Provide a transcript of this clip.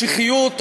משיחיות אוסלו,